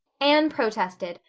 anne protested.